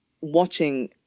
watching